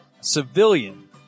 civilian